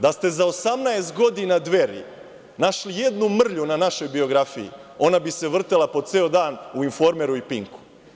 Da ste za 18 godina Dveri našli jednu mrlju na našoj biografiji ona bi se vrtela po ceo dan u „Informeru“ u Pink-u.